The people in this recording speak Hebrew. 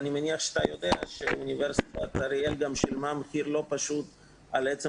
אני מניח שאתה יודע שאוניברסיטת אריאל גם שילמה מחיר לא פשוט על עצם